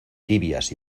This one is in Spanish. tibias